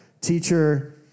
teacher